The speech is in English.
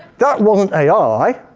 that wasn't ai,